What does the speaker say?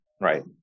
Right